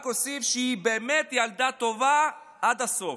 רק אוסיף שהיא באמת ילדה טובה עד הסוף.